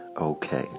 okay